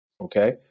okay